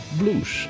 blues